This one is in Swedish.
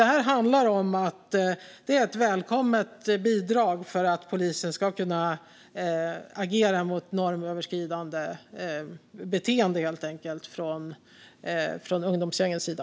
Detta är alltså ett välkommet bidrag för att polisen helt enkelt ska kunna agera mot normöverskridande beteende från ungdomsgängens sida.